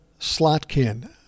Slotkin